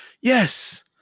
yes